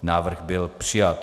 Návrh byl přijat.